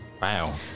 Wow